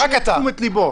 לתשומת לבו.